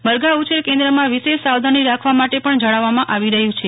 મરઘા ઉછર કેન્દમાં વિશેષ સાવધાની રાખવા માટે પણ જણાવવામાં આવ્યું છે